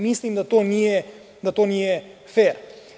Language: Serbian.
Mislim da to nije fer.